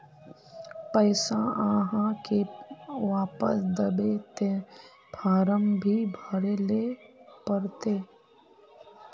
पैसा आहाँ के वापस दबे ते फारम भी भरें ले पड़ते?